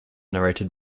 narrated